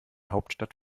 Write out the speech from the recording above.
hauptstadt